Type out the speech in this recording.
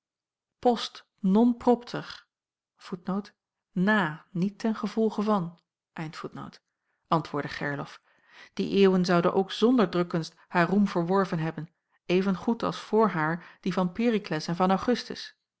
non propter antwoordde gerlof die eeuwen zouden ook zonder drukkunst haar roem verworven hebben evengoed als voor haar die van perikles en van augustus